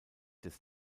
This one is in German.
des